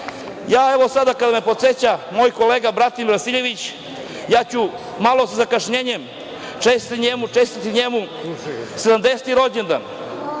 sada. Evo sada kada me podseća moj kolega Bratimir Vasiljević, ja ću malo sa zakašnjenjem čestitati njemu 70. rođendan.